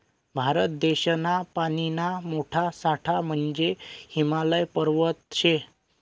भारत देशना पानीना मोठा साठा म्हंजे हिमालय पर्वत शे